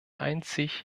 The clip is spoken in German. einzig